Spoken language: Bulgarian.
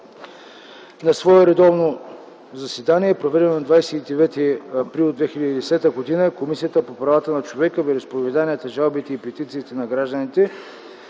На свое редовно заседание, проведено на 29 април 2010 г., Комисията по правата на човека, вероизповеданията, жалбите и петициите на гражданите